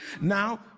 Now